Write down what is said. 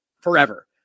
forever